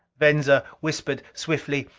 venza whispered swiftly,